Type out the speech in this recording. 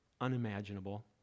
unimaginable